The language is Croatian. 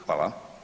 Hvala.